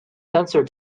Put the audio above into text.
sensor